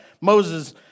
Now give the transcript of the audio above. Moses